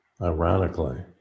ironically